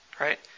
Right